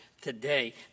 today